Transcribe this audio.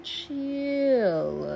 Chill